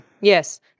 yes